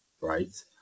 right